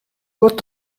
got